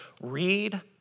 read